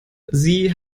sie